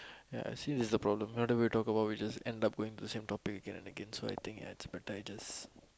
ya I see this is the problem now that we talk about it we just end up going to the same topic again and again so I think it's about time I just